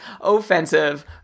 offensive